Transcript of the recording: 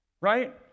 Right